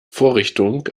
vorrichtung